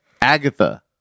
Agatha